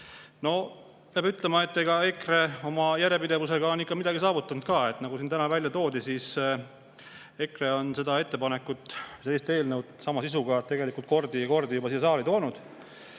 Peab ütlema, et EKRE on oma järjepidevusega ikka midagi saavutanud ka. Nagu siin täna välja toodi, siis EKRE on seda ettepanekut, sellist eelnõu sama sisuga tegelikult kordi ja kordi juba siia saali toonud.